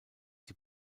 die